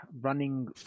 running